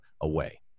away